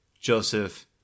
Joseph